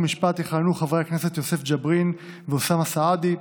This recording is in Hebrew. חוק ומשפט יכהנו חברי הכנסת יוסף ג'בארין ואוסאמה סעדי,